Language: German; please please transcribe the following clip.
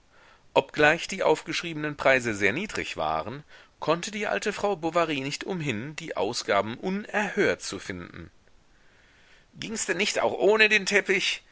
obgleich die aufgeschriebenen preise sehr niedrig waren konnte die alte frau bovary nicht umhin die ausgaben unerhört zu finden gings denn nicht auch ohne den teppich